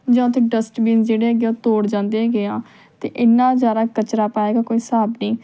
ਜਾਂ ਉੱਥੇ ਡਸਟਬਿਨਸ ਜਿਹੜੇ ਹੈਗੇ ਆ ਉਹ ਤੋੜ ਜਾਂਦੇ ਹੈਗੇ ਆ ਅਤੇ ਇੰਨਾ ਜ਼ਿਆਦਾ ਕਚਰਾ ਪਾਏਗਾ ਕੋਈ ਹਿਸਾਬ ਨਹੀਂ